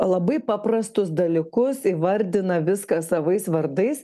labai paprastus dalykus įvardina viską savais vardais